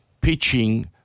pitching